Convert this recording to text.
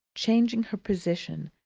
changing her position,